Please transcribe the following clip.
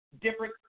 different